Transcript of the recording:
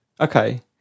Okay